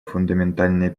фундаментальные